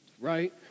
right